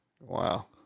Wow